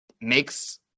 makes